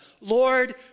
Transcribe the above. Lord